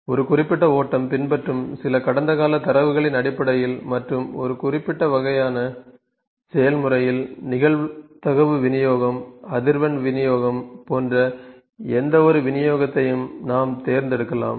ஒரு குறிப்பிட்ட ஓட்டம் பின்பற்றும் சில கடந்த கால தரவுகளின் அடிப்படையில் மற்றும் ஒரு குறிப்பிட்ட வகையான செயல்முறையில் நிகழ்தகவு விநியோகம் அதிர்வெண் விநியோகம் போன்ற எந்தவொரு விநியோகத்தையும் நாம் தேர்ந்தெடுக்கலாம்